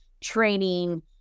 training